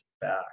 back